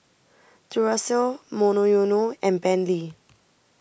Duracell Monoyono and Bentley